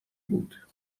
بود